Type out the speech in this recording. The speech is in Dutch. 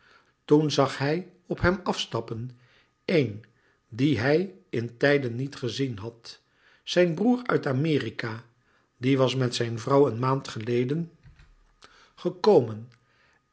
toen zag hij op hem afstappen een dien hij in tijden niet gezien had zijn broêr uit amerika die was met zijn vrouw een maand geleden gekomen